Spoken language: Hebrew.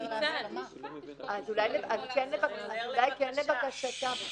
אז אולי בכל זאת כן לבקשתה.